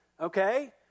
Okay